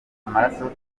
amaraso